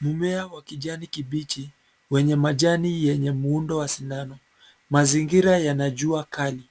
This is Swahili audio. Mmea wa kijani kibichi wenye majani yenye muundo wa sindano. Mazingira yana jua kali